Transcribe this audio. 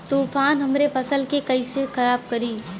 तूफान हमरे फसल के कइसे खराब करी?